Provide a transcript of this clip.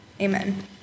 Amen